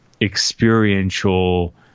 experiential